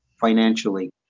financially